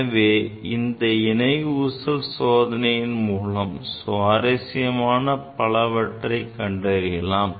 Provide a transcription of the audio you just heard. எனவே இந்த இணை ஊசல் சோதனையின் மூலம் சுவாரஸ்யமான பலவற்றை கண்டறியலாம்